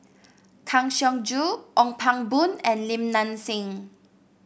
Kang Siong Joo Ong Pang Boon and Li Nanxing